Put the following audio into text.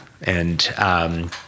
And-